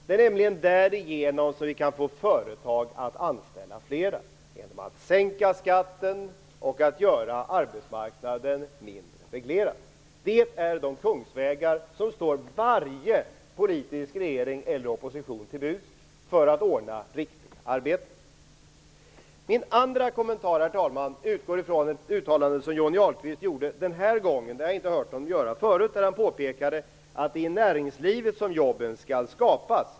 Det är därigenom som vi kan få företag att anställa flera. Att sänka skatten och att göra arbetsmarknaden mindre reglerad är de kungsvägar som står varje politisk regering eller opposition till buds för att ordna riktiga arbeten. Min andra kommentar, herr talman, utgår från ett uttalande som Johnny Ahlqvist gjorde den här gången - det har jag inte hört honom göra förut. Han påpekade att det är i näringslivet som jobben skall skapas.